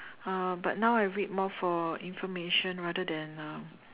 uh but now I read more for information rather than um